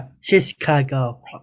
Chicago